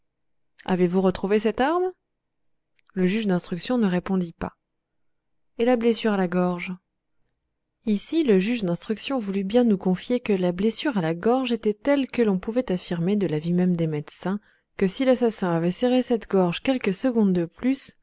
avez-vous retrouvé cette arme le juge d'instruction ne répondit pas et la blessure à la gorge ici le juge d'instruction voulut bien nous confier que la blessure à la gorge était telle que l'on pouvait affirmer de l'avis même des médecins que si l'assassin avait serré cette gorge quelques secondes de plus